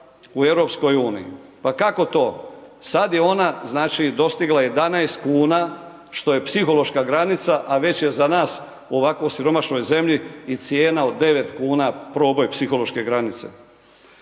u EU-u. pa kako to? Sad je ona znači dostigla 11 kuna što je psihološka granica a već je za nas u ovako siromašnoj zemlji i cijena od 9 kuna problem psihološke granice.